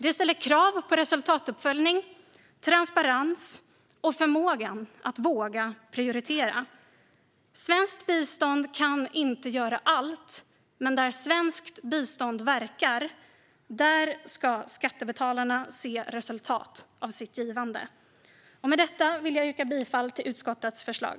Det ställer krav på resultatuppföljning, transparens och förmågan att våga prioritera. Svenskt bistånd kan inte göra allt. Men där svenskt bistånd verkar ska skattebetalarna se resultat av sitt givande. Med detta yrkar jag bifall till utskottets förslag.